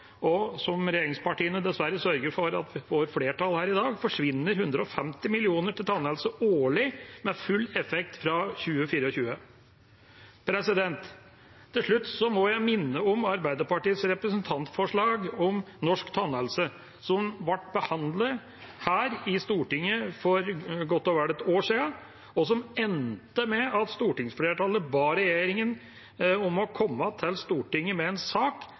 og som regjeringspartiene dessverre sørger for får flertall her i dag – forsvinner 150 mill. kr til tannhelse årlig med full effekt fra 2024. Til slutt må jeg minne om Arbeiderpartiets representantforslag om norsk tannhelse, som ble behandlet i Stortinget for godt og vel ett år siden, og som endte med at stortingsflertallet ba regjeringa om å komme til Stortinget med en sak